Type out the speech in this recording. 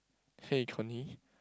hey Kony